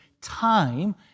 time